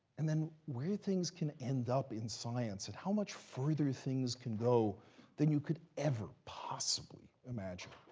and then where things can end up in science, and how much further things can go than you could ever possibly imagine.